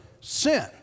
sin